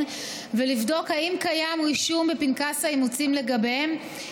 ולבדוק אם קיים רישום בפנקס האימוצים לגביהם,